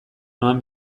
noan